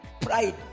pride